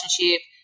relationship